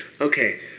Okay